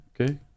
Okay